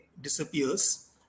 disappears